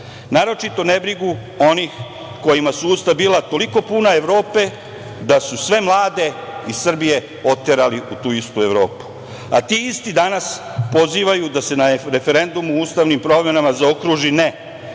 naročito nebrigu onih kojima su usta bila toliko puta Evrope da su sve mlade iz Srbije oterali u tu istu Evropu. Ti isti danas pozivaju da se na referendumu o ustavnim promenama zaokruži – ne.